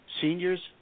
seniors –